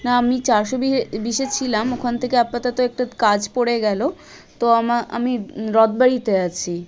না আমি চারশো বিয়ে বিশে ছিলাম ওখান থেকে আপাতত একটা কাজ পড়ে গেল তো আমা আমি রথ বাড়িতে আছি